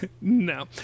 no